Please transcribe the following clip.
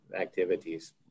activities